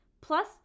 Plus